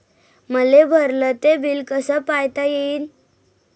मले भरल ते बिल कस पायता येईन?